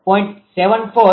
7457kW છે